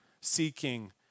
seeking